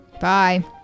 Bye